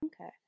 Okay